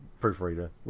proofreader